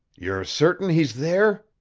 you're certain he's there?